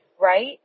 Right